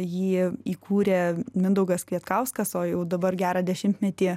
jį įkūrė mindaugas kvietkauskas o jau dabar gerą dešimtmetį